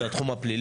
זה התחום הפלילי